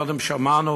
קודם שמענו